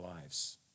lives